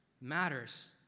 matters